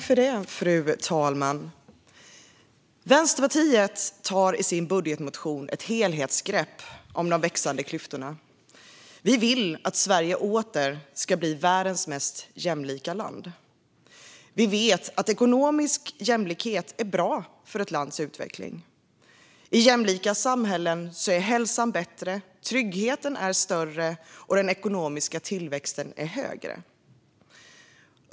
Fru talman! Vänsterpartiet tar i sin budgetmotion ett helhetsgrepp om de växande klyftorna. Vi vill att Sverige åter ska bli världens mest jämlika land. Vi vet att ekonomisk jämlikhet är bra för ett lands utveckling. I jämlika samhällen är hälsan bättre, tryggheten större, den ekonomiska tillväxten högre.